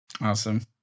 Awesome